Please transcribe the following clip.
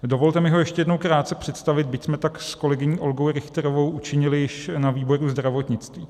Dovolte mi ho ještě jednou krátce představit, byť jsme tak s kolegyní Olgou Richterovou učinili již na výboru pro zdravotnictví.